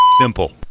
simple